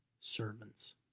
servants